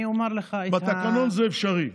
אני אומר לך את, בתקנון זה אפשרי.